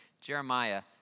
Jeremiah